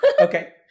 Okay